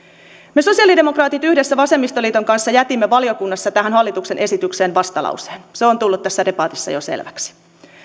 me sosiaalidemokraatit yhdessä vasemmistoliiton kanssa jätimme valiokunnassa tähän hallituksen esitykseen vastalauseen se on tullut tässä debatissa jo selväksi